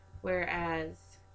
whereas